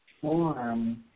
form